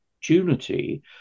opportunity